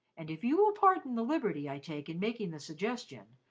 and if you will pardon the liberty i take in making the suggestion,